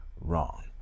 wrong